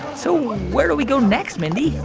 so where do we go next, mindy?